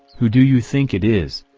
who do you think it is?